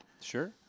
Sure